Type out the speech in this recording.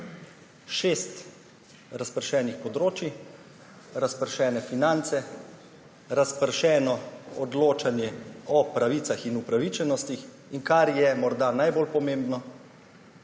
Šest razpršenih področij, razpršene finance, razpršeno odločanje o pravicah in upravičenostih. In kar je morda najbolj pomembno,